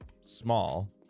small